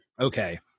okay